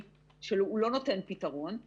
לאורך הרבה זמן היה איסור על פעילות